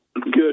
good